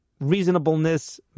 reasonableness